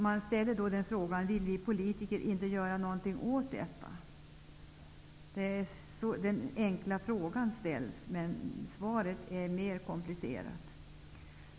Man frågar om vi politiker inte vill göra något åt detta. Frågan är enkel, men svaret är mera komplicerat.